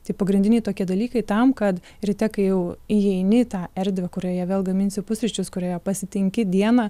tai pagrindiniai tokie dalykai tam kad ryte kai jau įeini į tą erdvę kurioje vėl gaminsi pusryčius kurioje pasitinki dieną